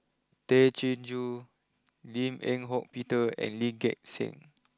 Tay Chin Joo Lim Eng Hock Peter and Lee Gek Seng